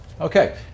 Okay